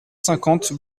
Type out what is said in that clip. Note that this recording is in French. cinquante